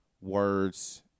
words